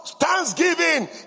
thanksgiving